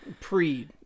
Pre-